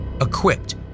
equipped